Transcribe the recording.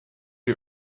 die